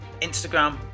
Instagram